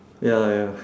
ya ya